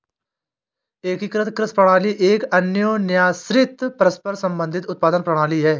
एकीकृत कृषि प्रणाली एक अन्योन्याश्रित, परस्पर संबंधित उत्पादन प्रणाली है